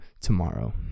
tomorrow